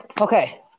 Okay